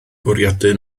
bwriadu